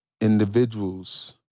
individuals